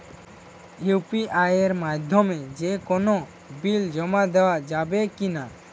UPI এর মাধ্যমে যে কোনো বিল জমা দেওয়া যাবে কি না?